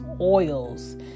oils